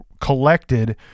collected